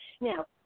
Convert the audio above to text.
Now